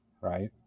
right